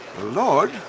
Lord